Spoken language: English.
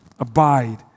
Abide